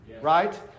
Right